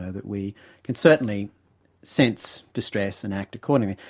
that we can certainly sense distress and act accordingly.